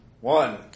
One